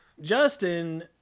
Justin